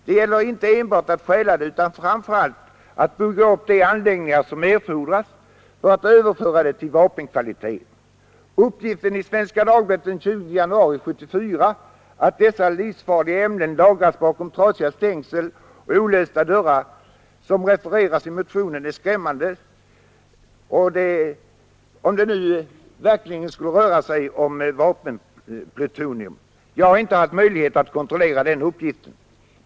Det gäller inte enbart att stjäla det utan framför allt att bygga upp de anläggningar som erfordras för att överföra det i vapenkvalitet. Uppgiften i Svenska Dagbladet den 20 januari 1974, att ”dessa livsfarliga ämnen lagras bakom trasiga stängsel och olåsta dörrar”, som refereras i motionen, är skrämmande om det nu verkligen skulle röra sig om vapenplutonium. Jag har inte haft möjlighet att kontrollera den uppgiften.